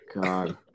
God